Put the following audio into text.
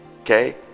okay